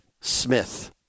Smith